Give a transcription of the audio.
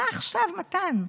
מה עכשיו, מתן?